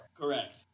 Correct